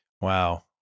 wow